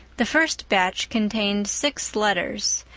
the first batch contained six letters,